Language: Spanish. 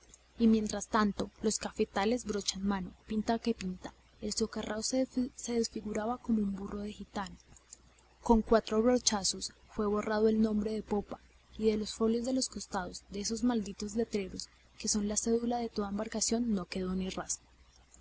y mientras tanto los calafates brocha en mano pinta que pinta el socarrao se desfiguraba como un burro de gitano con cuatro brochazos fue borrado el nombre de popa y de los folios de los costados de esos malditos letreros que son la cédula de toda embarcación no quedó ni rastro